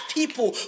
people